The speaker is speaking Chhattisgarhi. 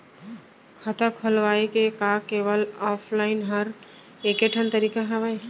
खाता खोलवाय के का केवल ऑफलाइन हर ऐकेठन तरीका हवय?